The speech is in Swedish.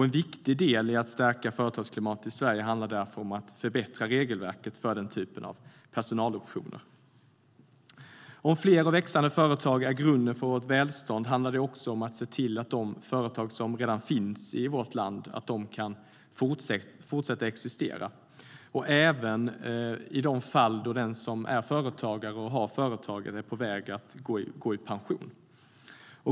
En viktig del i att stärka företagsklimatet i Sverige handlar därför om att förbättra regelverket för den typen av personaloptioner. Om fler och växande företag är grunden för vårt välstånd handlar det också om att se till att de företag som redan finns i vårt land kan fortsätta existera, även i det fall där den som är företagare och har företag är på väg att gå i pension.